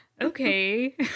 okay